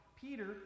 Peter